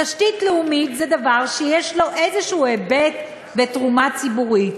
תשתית לאומית זה דבר שיש לו איזשהו היבט ותרומה ציבורית.